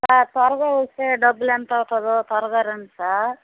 sir త్వరగా వస్తే డబ్బులు ఎంతవుతుందో త్వరగా రండి సార్